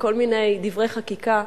לכל מיני דברי חקיקה.